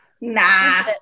Nah